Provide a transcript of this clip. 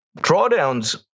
drawdowns